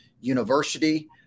university